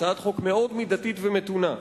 הצעת חוק מאוד מידתית ומתונה.